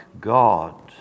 God